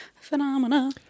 Phenomena